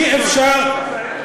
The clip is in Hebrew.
אי-אפשר,